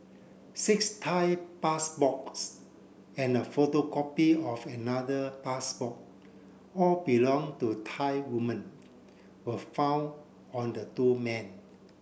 six Thai passports and a photocopy of another passport all belong to Thai women were found on the two men